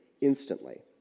instantly